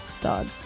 dog